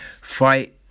fight